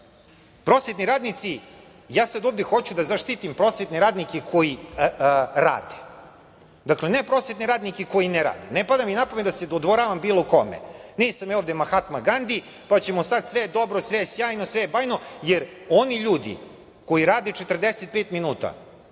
računa. Prosvetni radnici, ja sad ovde hoću da zaštitim prosvetne radnike koji rade, ne prosvetne radnike koji ne rade. Ne pada mi napamet da se dodvoravam bilo kome, nisam ja ovde Mahatma Gandi pa ćemo - sve je dobro, sve je sjajno, sve je bajno. Oni ljudi koji rade 45 minuta,